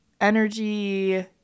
energy